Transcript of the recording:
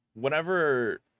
whenever